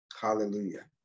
Hallelujah